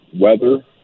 weather